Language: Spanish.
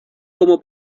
como